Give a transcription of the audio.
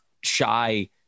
shy